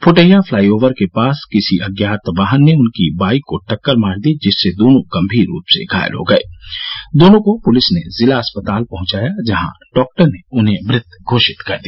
फूटहिया flyover के पास किसी अज्ञात वाहन ने उनकी बाइक को टक्कर मार दी जिससे दोनों गंभीर रूप से घायल हो गए दोनों को पुलिस ने जिला अस्पताल पहुंचा गया जहां डॉक्टर ने उन्हें मृत घोषित कर दिया